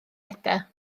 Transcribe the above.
ede